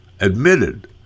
admitted